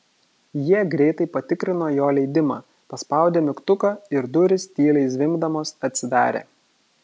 jie greitai patikrino jo leidimą paspaudė mygtuką ir durys tyliai zvimbdamos atsidarė